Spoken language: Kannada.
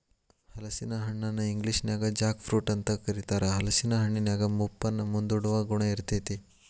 ಹಲಸಿನ ಹಣ್ಣನ ಇಂಗ್ಲೇಷನ್ಯಾಗ ಜಾಕ್ ಫ್ರೂಟ್ ಅಂತ ಕರೇತಾರ, ಹಲೇಸಿನ ಹಣ್ಣಿನ್ಯಾಗ ಮುಪ್ಪನ್ನ ಮುಂದೂಡುವ ಗುಣ ಇರ್ತೇತಿ